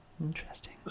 Interesting